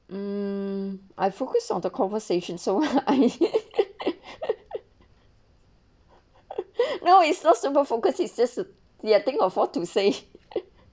um I focus on the conversation so I no it's not super focus it's just ya think of what to say